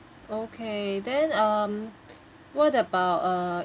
okay then um what about uh